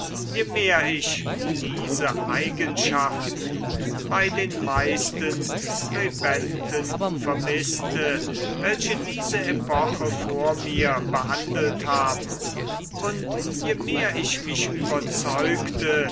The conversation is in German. je mehr ich diese eigenschaften bei den meisten scribenten vermißte welche diese epoche vor mir behandelt haben und je mehr ich mich überzeugte